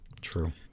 True